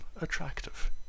attractive